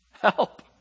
help